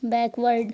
backward